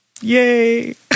Yay